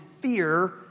fear